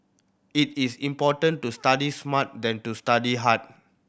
it is important to study smart than to study hard